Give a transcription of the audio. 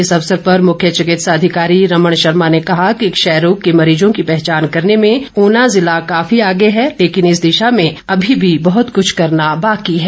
इस अवसर पर मुख्य चिकित्सा अधिकारी रमण शर्मा ने कहा कि क्षयरोग के मरीजों की पहचान करने में ऊना ज़िला काफी आगे है लेकिन इस दिशा में अभी भी बहुत कुछ करना बाकी है